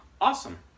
awesome